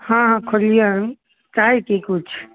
हँ हँ खोललियै हन चाही की किछु